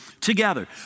together